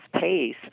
pace